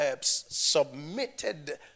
submitted